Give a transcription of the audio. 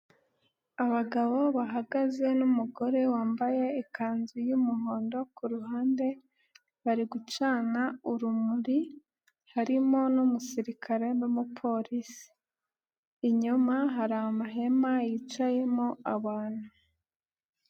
Abagabo bahagaze n'umugore wambaye ikanzu y'umuhondo ku ruhande, bari gucana urumuri harimo n'umusirikare n'umupolisi, inyuma hari amahema yicayemo abantu.